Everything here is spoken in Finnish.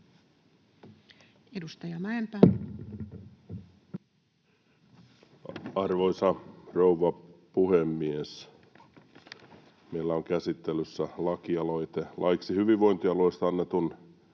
Content: Arvoisa rouva puhemies! Meillä on käsittelyssä lakialoite laiksi hyvinvointialueesta annetun